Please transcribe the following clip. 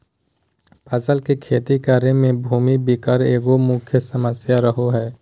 फसल के खेती करे में भूमि विकार एगो मुख्य समस्या रहो हइ